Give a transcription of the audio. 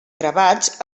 gravats